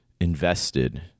invested